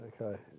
okay